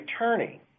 attorney